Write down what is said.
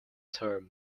term